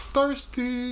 Thirsty